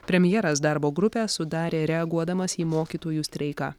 premjeras darbo grupę sudarė reaguodamas į mokytojų streiką